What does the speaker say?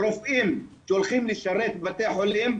רופאים שהולכים לשרת בבתי החולים,